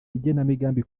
igenamigambi